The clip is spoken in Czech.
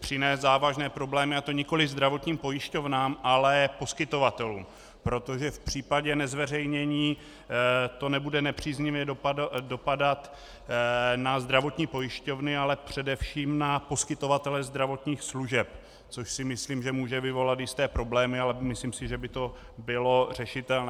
přinést závažné problémy, a to nikoliv zdravotním pojišťovnám, ale poskytovatelům, protože v případě nezveřejnění to nebude nepříznivě dopadat na zdravotní pojišťovny, ale především na poskytovatele zdravotních služeb, což si myslím, že může vyvolat jisté problémy, ale myslím si, že by to bylo řešitelné.